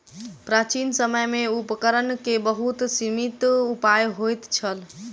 प्राचीन समय में उपकरण के बहुत सीमित उपाय होइत छल